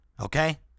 Okay